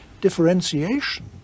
Differentiation